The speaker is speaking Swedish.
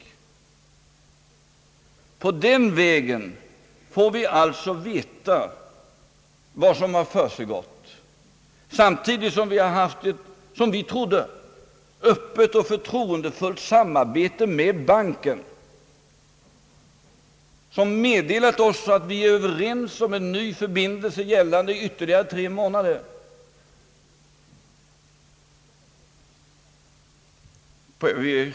På den vägen fick vi alltså veta vad som försiggått, samtidigt som vi hade ett som vi trodde öppet och förtroendefullt samarbete med banken, som meddelat oss att vi var överens om en ny förbindelse gällande ytterligare tre månader.